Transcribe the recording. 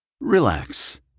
Relax